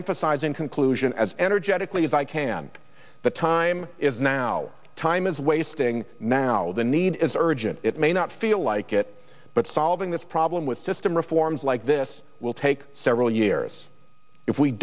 emphasize in conclusion as energetically as i can but time is now time is wasting now the need is urgent it may not feel like it but solving this problem with system reforms like this will take several years if we